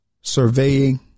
surveying